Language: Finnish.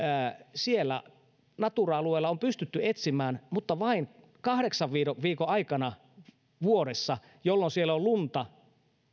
siellä natura alueella on pystytty niitä etsimään mutta vain kahdeksan viikon aikana vuodessa jolloin siellä on lunta